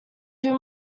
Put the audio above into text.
two